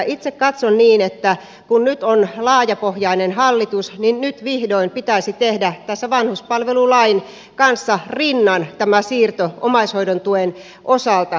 itse katson niin että kun nyt on laajapohjainen hallitus niin nyt vihdoin pitäisi tehdä tässä vanhuspalvelulain kanssa rinnan tämä siirto omaishoidon tuen osalta